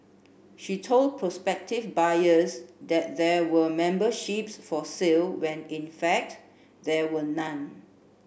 she told prospective buyers that there were memberships for sale when in fact there were none